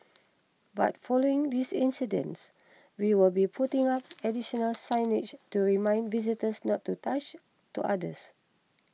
but following this incidents we will be putting up additional signage to remind visitors not to touch to otters